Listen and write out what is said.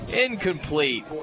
Incomplete